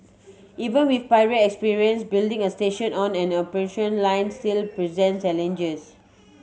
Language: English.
even with prior experience building a station on an operation line still presents challenges